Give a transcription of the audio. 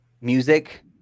music